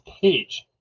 page